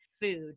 Food